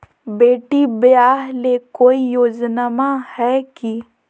बेटी ब्याह ले कोई योजनमा हय की?